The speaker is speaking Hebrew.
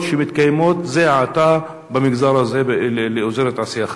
שמתקיימות עתה במגזר הזה לאזורי תעשייה חדשים?